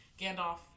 Gandalf